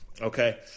okay